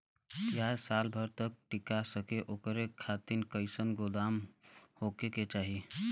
प्याज साल भर तक टीका सके ओकरे खातीर कइसन गोदाम होके के चाही?